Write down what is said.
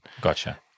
Gotcha